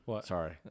Sorry